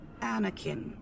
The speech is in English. Anakin